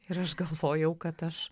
ir aš galvojau kad aš